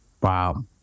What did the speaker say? Wow